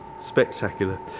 Spectacular